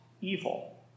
evil